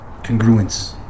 congruence